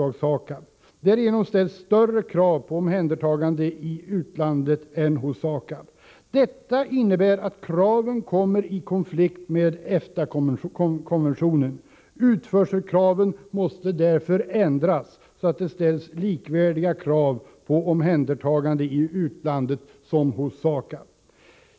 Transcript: Därigenom ställs större krav på omhändertagande i utlandet än hos SAKAB. Detta innebär att kraven kommer i konflikt med EFTA-konventionen. Utförselkraven måste därför ändras så att det ställs likvärdiga krav på omhändertagande i utlandet som hos SAKAB.